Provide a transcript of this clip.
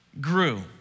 grew